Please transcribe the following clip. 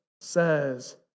says